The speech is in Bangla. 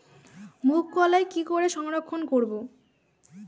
মুঘ কলাই কি করে সংরক্ষণ করব?